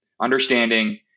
understanding